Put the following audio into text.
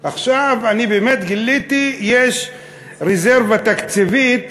עכשיו, אני באמת גיליתי שיש רזרבה תקציבית